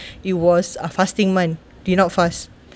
it was uh fasting month do you not fast